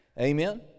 Amen